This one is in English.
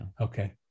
Okay